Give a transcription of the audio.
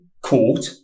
court